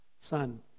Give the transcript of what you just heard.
Son